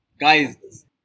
guys